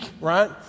right